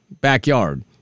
backyard